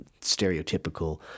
stereotypical